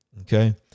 Okay